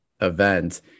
event